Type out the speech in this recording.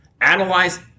Analyze